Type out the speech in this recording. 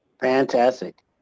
Fantastic